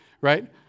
Right